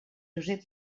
josep